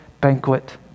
banquet